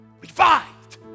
revived